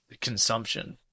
Consumption